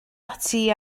ati